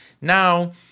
Now